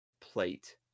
plate